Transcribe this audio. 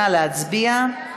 נא להצביע.